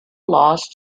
lost